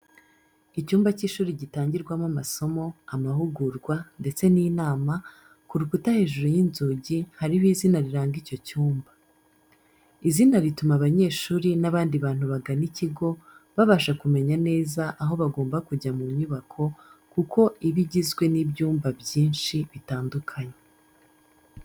Icyumba cy’ishuri gitangirwamo amasomo, amahugurwa ndetse n'inama, ku rukuta hejuru y’inzugi hariho izina riranga icyo cyumba. Izina rituma abanyeshuri n'abandi bantu bagana ikigo babasha kumenya neza aho bagomba kujya mu nyubako kuko iba igizwe n’ibyumba byinshi bitandukanye.